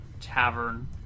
tavern